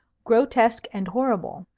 grotesque and horrible.